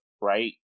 Right